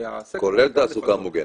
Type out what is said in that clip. הסקר --- כולל תעסוקה מוגנת?